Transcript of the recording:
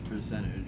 percentage